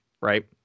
right